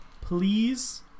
please